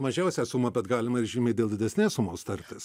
mažiausią sumą bat galima ir žymiai dėl didesnės sumos tartis